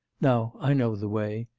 now, i know the way.